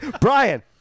Brian